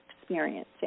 experiencing